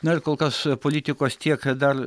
na ir kol kas politikos tiek dar